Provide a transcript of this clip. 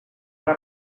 ara